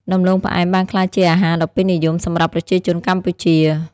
ដំឡូងផ្អែមបានក្លាយជាអាហារដ៏ពេញនិយមសម្រាប់ប្រជាជនកម្ពុជា។